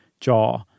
jaw